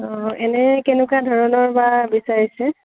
অঁ এনে কেনেকুৱা ধৰণৰ বা বিচাৰিছে